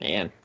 Man